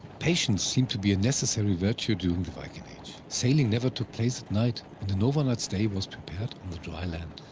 patience seemed to be a necessary virtue during the viking age. sailing never took place at night and an overnight stay was prepared on the dry land.